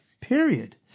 Period